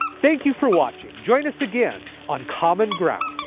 thank you for watching. join us again on common ground.